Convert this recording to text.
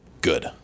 good